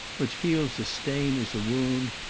which feels a stain as a wound,